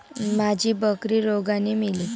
माझी बकरी रोगाने मेली